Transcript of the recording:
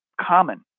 common